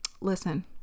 Listen